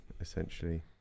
essentially